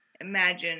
imagine